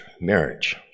marriage